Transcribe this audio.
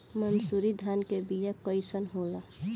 मनसुरी धान के बिया कईसन होला?